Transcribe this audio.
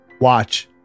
watch